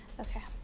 Okay